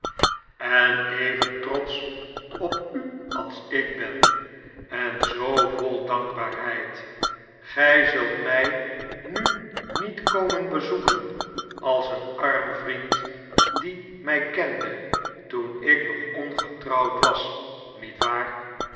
en even trotsch op u als ik ben en vol dankbaarheid gij zult mij bu niet komen bezoeken als een arm vriend die mij kende toen ik nog ongetrouwd was niet waar